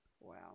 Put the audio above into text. Wow